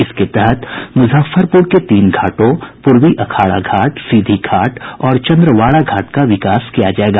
इसके तहत मुजफ्फरपुर के तीन घाटों पूर्वी अखाड़ा घाट सीधी घाट और चन्द्रवाड़ा घाट का विकास किया जायेगा